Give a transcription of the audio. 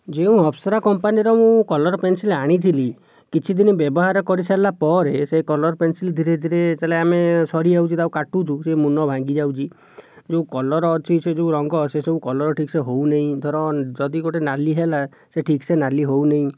ଯେଉଁ ଅପସରା କମ୍ପାନୀର ମୁଁ କଲର ପେନ୍ସିଲ୍ ଆଣିଥିଲି କିଛି ଦିନ ବ୍ୟବହାର କରିସାରିଲା ପରେ ସେ କଲର୍ ପେନ୍ସିଲ୍ ଧୀରେ ଧୀରେ ଯେତେବେଳେ ଆମେ ସରିଯାଉଛି ତାକୁ କାଟୁଛୁ ସେ ମୁନ ଭାଙ୍ଗିଯାଉଛି ଯେଉଁ କଲର ଅଛି ସେ ଯେଉଁ ରଙ୍ଗ ସେସବୁ କଲର ଠିକସେ ହେଉନାହିଁ ଧର ଯଦି ଗୋଟିଏ ନାଲି ହେଲା ସେ ଠିକସେ ନାଲି ହେଉନାହିଁ